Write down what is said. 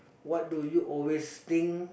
what do you always think